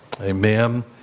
Amen